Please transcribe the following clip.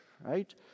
right